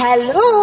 Hello